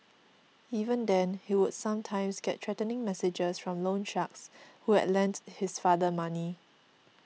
even then he would sometimes get threatening messages from loan sharks who had lent his father money